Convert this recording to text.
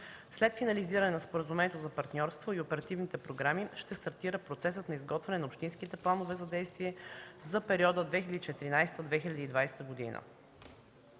След финализиране на Споразумението за партньорство и оперативните програми ще стартира процесът на изготвяне на общинските планове за действие за периода 2014-2020 г.